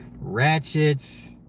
ratchets